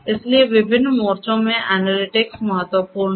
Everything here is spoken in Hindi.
इसलिए विभिन्न मोर्चों में एनालिटिक्स महत्वपूर्ण है